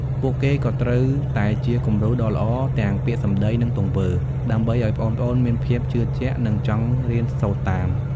ពួកគេក៏ត្រូវតែជា គំរូដ៏ល្អ ទាំងពាក្យសម្ដី និងទង្វើ ដើម្បីឱ្យប្អូនៗមានភាពជឿជាក់ និងចង់រៀនសូត្រតាម។